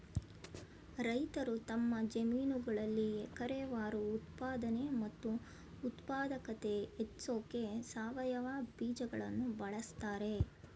ರೈತರು ತಮ್ಮ ಜಮೀನುಗಳಲ್ಲಿ ಎಕರೆವಾರು ಉತ್ಪಾದನೆ ಮತ್ತು ಉತ್ಪಾದಕತೆ ಹೆಚ್ಸೋಕೆ ಸಾವಯವ ಬೀಜಗಳನ್ನು ಬಳಸ್ತಾರೆ